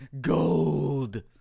Gold